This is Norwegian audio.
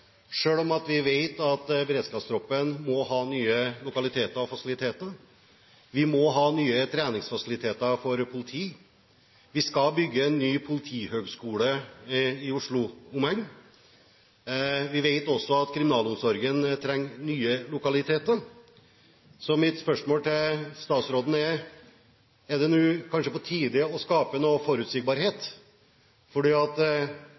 selv om vi vet at beredskapstroppen må ha nye lokaliteter og fasiliteter, vi må ha nye treningsfasiliteter for politiet, vi skal bygge en ny politihøgskole i Oslo og omegn, og vi vet også at kriminalomsorgen trenger nye lokaliteter. Mitt spørsmål til statsråden er: Er det ikke på tide å skape litt forutsigbarhet? Det er også slik at